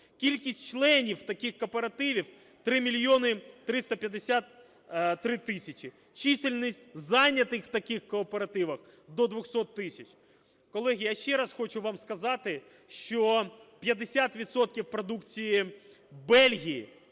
Кількість членів таких кооперативів - 3 мільйони 353 тисячі. Чисельність зайнятих в таких кооперативах - до 200 тисяч. Колеги, я ще раз хочу вам сказати, що 50 відсотків продукції Бельгії,